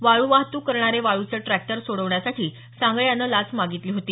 वाळू वाहतूक करणारे वाळ्चे ट्रॅक्टर सोडवण्यासाठी सांगळे यानं लाच मागितली होती